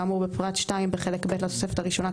כאמור בפרט 2 בחלק ב' לתוספת הראשונה,